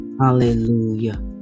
Hallelujah